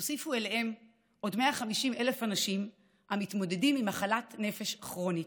תוסיפו אליהם עוד 150,000 אנשים המתמודדים עם מחלת נפש כרונית,